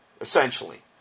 essentially